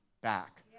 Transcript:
back